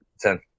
Ten